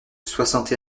soixante